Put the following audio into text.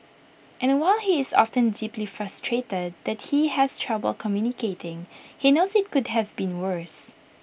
and while he is often deeply frustrated that he has trouble communicating he knows IT could have been worse